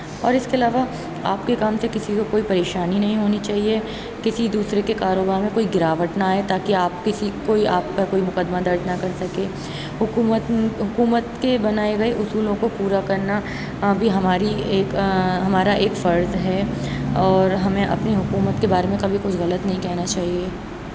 اور اِس کے علاوہ آپ کے کام سے کسی کو کوئی پریشانی نہیں ہونی چاہیے کسی دوسرے کے کاروبار میں کوئی گراوٹ نہ آئے تاکہ آپ کسی کوئی آپ کا کوئی مقدمہ درج نہ کر سکے حکومت حکومت کے بنائے گئے اصولوں کو پورا کرنا بھی ہماری ایک ہمارا ایک فرض ہے اور ہمیں اپنی حکومت کے بارے میں کبھی کچھ غلط نہیں کہنا چاہیے